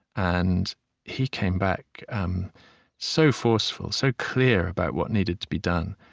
and he came back um so forceful, so clear about what needed to be done.